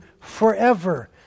forever